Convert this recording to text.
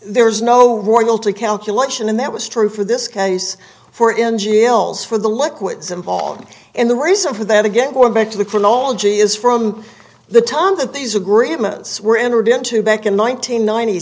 there is no royalty calculation and that was true for this case for in g l's for the liquids involved and the reason for that again going back to the chronology is from the time that these agreements were entered into back in one nine